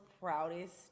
proudest